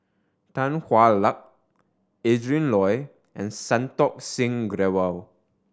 Tan Hwa Luck Adrin Loi and Santokh Singh Grewal